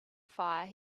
fire